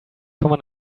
come